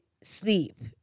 sleep